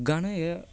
गाणें हें